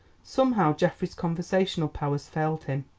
somehow geoffrey's conversational powers failed him.